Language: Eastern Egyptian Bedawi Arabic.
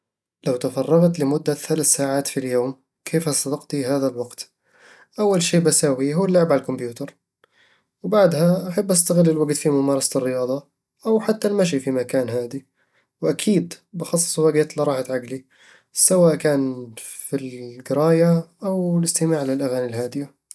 لو تفرغت لمدة ثلاث ساعات في اليوم، كيف ستقضي هذا الوقت؟ أول شيء بساوي هو اللعب على الكمبيوتر وبعدها أحب أستغل الوقت في ممارسة الرياضة أو حتى المشي في مكان هادي وأكيد بخصص وقت لراحة عقلي، سواء كان في القراية أو الاستماع للاغاني الهادية